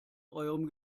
eurem